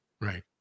Right